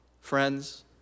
friends